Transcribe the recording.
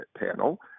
panel